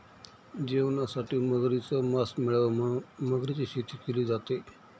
जेवणासाठी मगरीच मास मिळाव म्हणून मगरीची शेती केली जाते